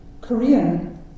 Korean